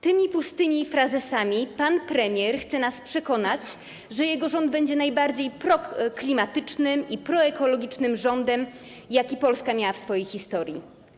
Tymi pustymi frazesami pan premier chce nas przekonać, że jego rząd będzie najbardziej proklimatycznym i proekologicznym rządem, jaki Polska miała w swojej historii.